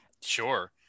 sure